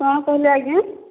କଣ କହିଲେ ଆଜ୍ଞା